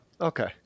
Okay